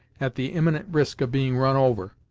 at the imminent risk of being run over,